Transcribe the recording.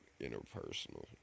interpersonal